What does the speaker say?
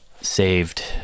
saved